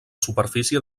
superfície